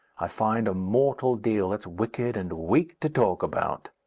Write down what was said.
i find a mortal deal that's wicked and weak to talk about.